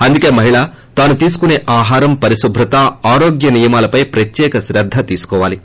అందుకే మహిళ తను తీసుకుసే ఆహారం పరిశుభ్రత ఆరోగ్య నియమాలపై ప్రత్యేక శ్రద్ధ తీసుకోవాలి